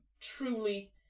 truly